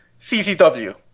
CCW